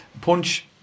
Punch